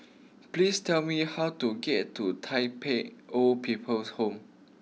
please tell me how to get to Tai Pei Old People's Home